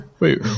Wait